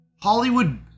Hollywood